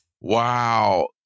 Wow